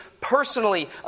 personally